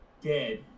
dead